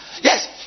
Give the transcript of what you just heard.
Yes